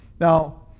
Now